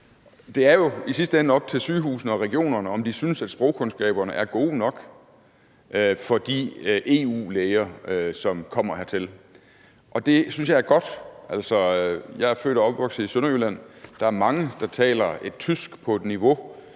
Det er jo i sidste ende op til sygehusene og regionerne, om de synes, at sprogkundskaberne er gode nok hos de EU-læger, som kommer hertil. Og det synes jeg er godt. Altså, jeg er født og opvokset i Sønderjylland. Der er mange, der taler et tysk på et niveau,